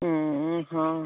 ହୁଁ ହଁ